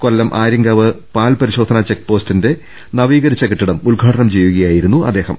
കൊല്പം ആര്യങ്കാവ് പാൽ പരിശോ ധനാ ചെക്ക്പോസ്റ്റിന്റെ നവീകരിച്ചു കെട്ടിടം ഉദ്ഘാടനം ചെയ്യുകയായിരുന്നു അദ്ദേഹം